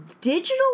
digital